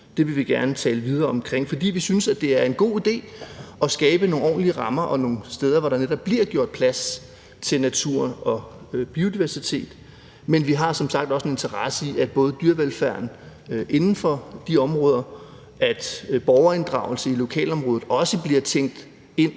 det vil vi gerne tale videre om. For vi synes, det er en god idé at skabe nogle ordentlige rammer og nogle steder, hvor der netop bliver gjort plads til naturen og biodiversiteten, men vi har som sagt også en interesse i, at både dyrevelfærd inden for de områder og borgerinddragelse i lokalområdet også bliver tænkt ind